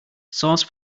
sauce